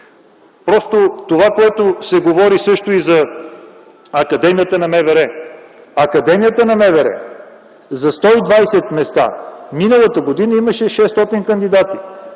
Това, което се говори също и за Академията на МВР. В Академията на МВР за 120 места миналата година имаше 600 кандидати.